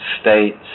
states